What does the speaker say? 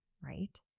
right